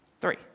Three